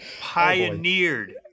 pioneered